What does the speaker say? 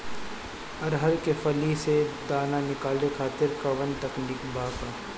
अरहर के फली से दाना निकाले खातिर कवन तकनीक बा का?